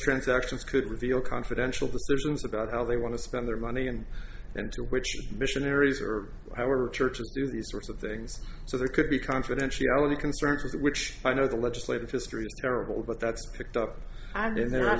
transactions could reveal confidential decisions about how they want to spend their money and and which missionaries or our churches do these sorts of things so there could be confidentiality concerns with which i know the legislative history terrible but that's picked up i mean the